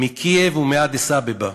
מקייב ומאדיס-אבבה,